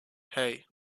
hei